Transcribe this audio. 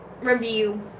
review